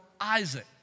Isaac